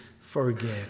forget